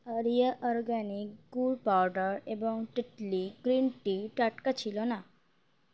area organic গুড় powder এবং টিটলি গ্রিন টি টাটকা ছিল না